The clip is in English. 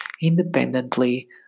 independently